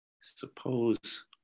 Suppose